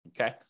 Okay